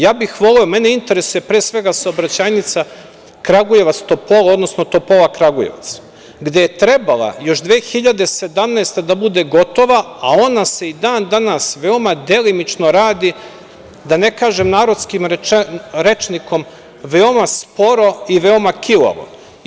Ja bih voleo, mene interesuje, pre svega, saobraćajnica, Kragujevac – Topola, odnosno Topola – Kragujevac, gde je trebalo još 2017. godine da bude gotova, a ona se i dan danas veoma delimično radi, da ne kažem narodskim rečnikom veoma sporo i veoma kilavo.